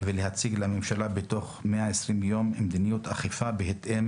ולהציג לממשלה בתוך 120 ימים מדיניות אכיפה בהתאם